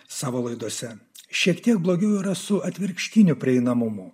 savo laidose šiek tiek blogiau yra su atvirkštiniu prieinamumu